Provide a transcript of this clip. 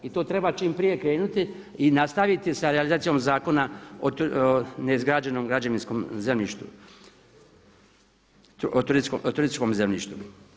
I to treba čim prije krenuti i nastaviti sa realizacijom zakona o neizgrađenom građevinskom zemljištu, o turističkom zemljištu.